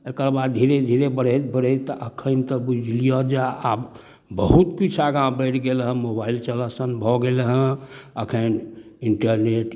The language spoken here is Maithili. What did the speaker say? एकर बाद धीरे धीरे बढ़ैत बढ़ैत तऽ एखन तऽ बुझि लिअऽ जे आब बहुत किछु आगाँ बढ़ि गेल हँ मोबाइल चलऽसन भऽ गेल हँ एखन इन्टरनेट